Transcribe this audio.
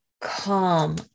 calm